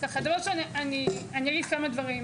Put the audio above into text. אני אגיד כמה דברים,